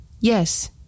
Yes